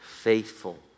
Faithful